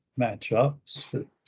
matchups